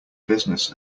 business